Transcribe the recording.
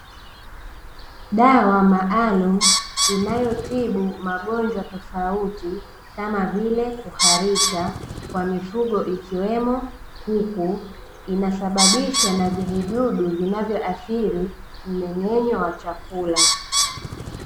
Dawa maalum inayotibu magonjwa tofauti kama vile kuharisha kwa mifugo ikiwemo kuku, inasababishwa na vijidudu vinavyoathiri mmeng'enyo wa chakula.